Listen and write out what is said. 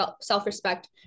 self-respect